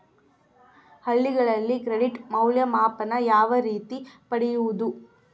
ಹಳ್ಳಿಗಳಲ್ಲಿ ಕ್ರೆಡಿಟ್ ಮೌಲ್ಯಮಾಪನ ಯಾವ ರೇತಿ ಪಡೆಯುವುದು?